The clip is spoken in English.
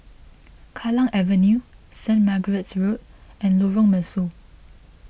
Kallang Avenue Saint Margaret's Road and Lorong Mesu